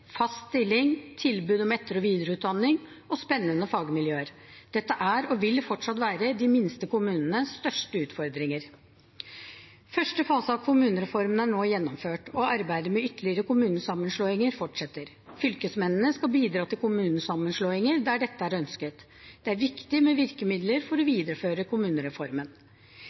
fast stilling, tilbud om etter- og videreutdanning og spennende fagmiljøer. Dette er og vil fortsatt være de minste kommunenes største utfordringer. Første fase av kommunereformen er nå gjennomført, og arbeidet med ytterligere kommunesammenslåinger fortsetter. Fylkesmennene skal bidra til kommunesammenslåinger der dette er ønsket. Det er viktig med virkemidler for å videreføre kommunereformen.